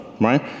right